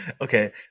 Okay